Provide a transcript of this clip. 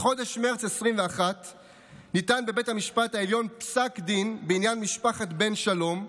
בחודש מרץ 2021 ניתן בבית המשפט העליון פסק דין בעניין משפחת בן שלום,